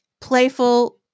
playful